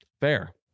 fair